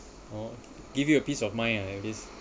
give you a peace of mind ah at least